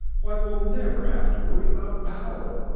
why, we'll never have to worry about power!